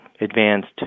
advanced